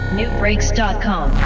newbreaks.com